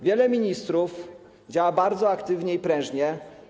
Wielu ministrów działa bardzo aktywnie i prężnie.